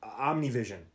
omnivision